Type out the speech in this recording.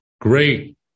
great